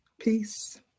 Peace